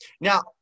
Now